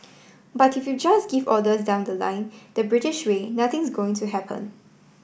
but if you just give orders down the line the British way nothing's going to happen